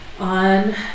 On